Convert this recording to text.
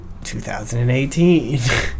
2018